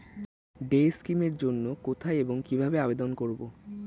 Day scheme এর জন্য কোথায় এবং কিভাবে আবেদন করব?